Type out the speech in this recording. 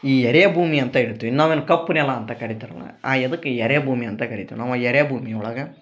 ಈ ಎರೆಭೂಮಿ ಅಂತ ಇಡ್ತೀವಿ ನಾವೇನು ಕಪ್ಪು ನೆಲ ಅಂತ ಕರಿತಾರಲ್ಲ ಆ ಎದಿಕೆ ಎರೆಭೂಮಿ ಅಂತ ಕರಿತಿವಿ ನಾವು ಆ ಎರೆಭೂಮಿ ಒಳಗ